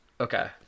Okay